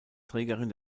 trägerin